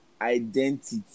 identity